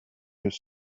his